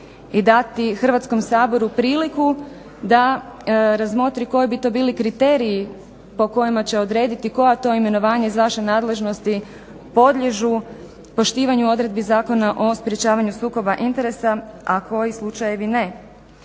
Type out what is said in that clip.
i dati Hrvatskom saboru priliku da razmotri koji bi to bili kriteriji po kojima će odrediti koja to imenovanja iz vaše nadležnosti podliježu poštivanju odredbi Zakona o sprečavanju sukoba interesa a koji slučajevi ne.